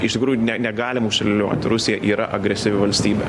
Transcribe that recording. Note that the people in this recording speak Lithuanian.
iš tikrųjų ne negalim užsiliūliuoti rusija yra agresyvi valstybė